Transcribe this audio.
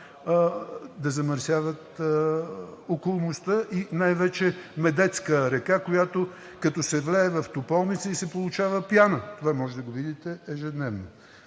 да замърсяват околността и най-вече Медетска река, която, като се влее в Тополница, се получава пяна? Това може да го видите ежедневно.